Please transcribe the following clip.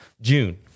June